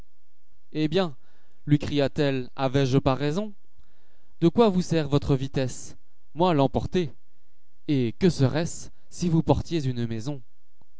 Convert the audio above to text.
hé bien lui eria t elle avais-je pas raison de quoi vous sert votre vitesse itïoi l'emporter et que serait-ce si vous portiez une maison